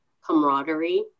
camaraderie